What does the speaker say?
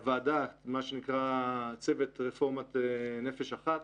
הוועדה, צוות רפורמת נפש אחת,